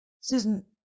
Susan